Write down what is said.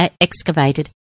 excavated